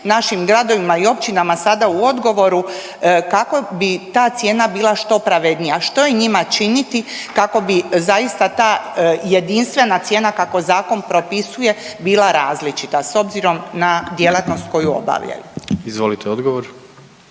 našim gradovima i općinama sada u odgovoru kako bi ta cijena bila što pravednija. Što je njima činiti kako bi zaista ta jedinstvena cijena, kako zakon propisuje bila različita s obzirom na djelatnost koju obavljaju. **Jandroković,